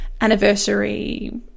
anniversary